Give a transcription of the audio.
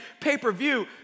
pay-per-view